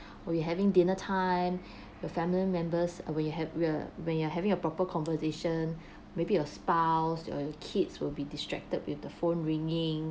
or you having dinner time your family members we have we're when you are having a proper conversation maybe your spouse your your kids will be distracted with the phone ringing